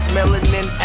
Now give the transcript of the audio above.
Melanin